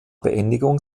beendigung